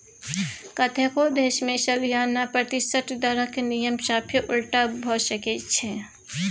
कतेको देश मे सलियाना प्रतिशत दरक नियम साफे उलटा भए सकै छै